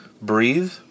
breathe